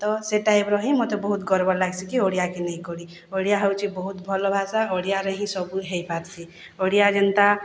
ତ ସେ ଟାଇପ୍ର ହିଁ ମତେ ବହୁତ୍ ଗର୍ବ ଲାଗ୍ସି କି ଓଡ଼ିଆକେ ନେଇକରି ଓଡ଼ିଆ ହେଉଛି ବହୁତ୍ ଭଲ ଭାଷା ଓଡ଼ିଆରେ ହିଁ ସବୁ ହେଇ ପାର୍ସି ଓଡ଼ିଆ ଯେନ୍ତା